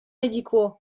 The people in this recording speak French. médicaux